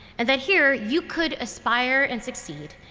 and that here you could aspire and succeed.